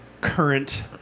current